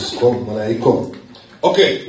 Okay